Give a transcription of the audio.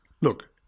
Look